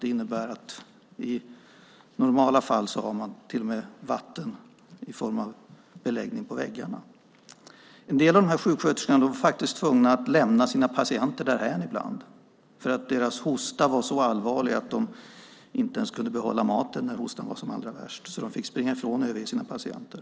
Det innebär att i normala fall har man till och med en beläggning av vatten på väggarna. En del av de här sjuksköterskorna var faktiskt tvungna att lämna sina patienter därhän ibland därför att deras hosta var så allvarlig att de inte ens kunde behålla maten när hostan var som allra värst. De fick springa ifrån sina patienter.